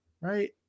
right